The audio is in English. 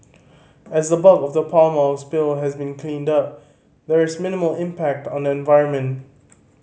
as the bulk of the palm oil spill has been cleaned up there is minimal impact on the environment